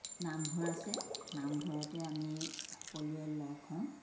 নামঘৰ আছে নামঘৰতে আমি সকলোৱে লগ হওঁ